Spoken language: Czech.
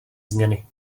změny